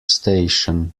station